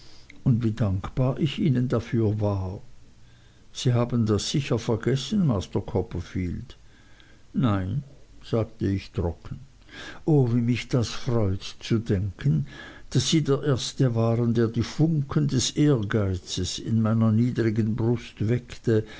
und wie dankbar ich ihnen dafür war sie haben das sicher vergessen master copperfield nein sagte ich trocken o wie mich das freut zu denken daß sie der erste waren der die funken des ehrgeizes in meiner niedrigen brust weckte